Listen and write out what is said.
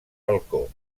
balcó